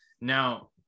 Now